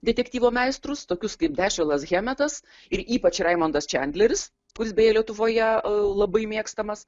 detektyvo meistrus tokius kaip dešilas hemetas ir ypač raimundas čandleris kuris beja lietuvoje labai mėgstamas